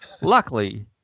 Luckily